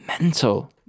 mental